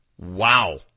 wow